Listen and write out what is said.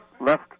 left